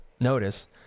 notice